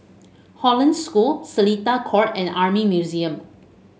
Hollandse School Seletar Court and Army Museum